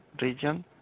region